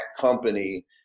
company